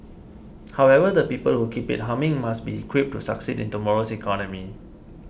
however the people who keep it humming must be equipped to succeed in tomorrow's economy